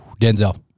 denzel